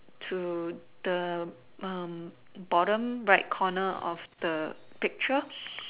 to the bottom right corner of the picture